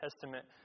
Testament